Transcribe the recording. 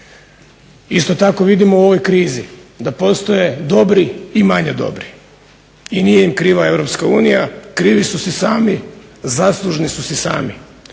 Isto tako vidimo u ovoj krizi da postoje dobri i manje dobri i nije im kriva Europska unija, krivi su si sami, zaslužni su si sami.